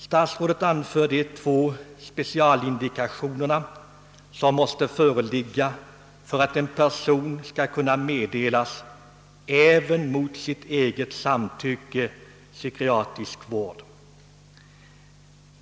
Statsrådet anför de två specialindikationer som måste föreligga om en per son skall kunna underkastas psykiatrisk vård även mot sitt eget samtycke.